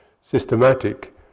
systematic